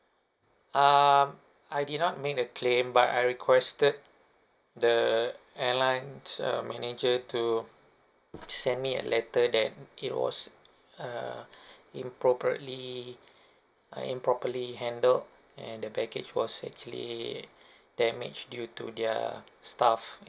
um I did not make a claim but I requested the airline's uh manager to send me a letter that it was uh improperly uh improperly handled and the baggage was actually damaged due to their staff